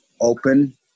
open